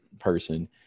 person